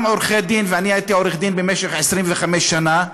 גם עורכי-דין, ואני הייתי עורך-דין במשך 25 שנה,